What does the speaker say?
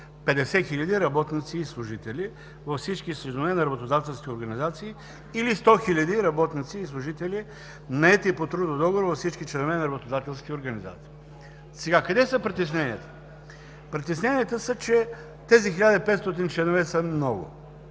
50 хиляди работници и служители във всички членове на работодателски организации или 100 хиляди работници и служители, наети по трудов договор във всички членове на работодателски организации. Къде са притесненията? Притесненията са, че тези 1500 членове са много.